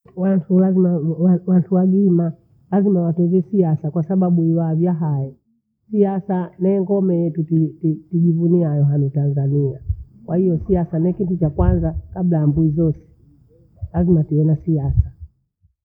Wathu wazima, wa- watuagima lazima wapende siasa kwasababu wahali yahai. Siasa nengomee yetu tujivunia aha nitanzania, kwahiyo siasa ni kitu chakwanza kabla ya mbuu zote lazima tuwe na siasa.